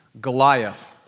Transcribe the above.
Goliath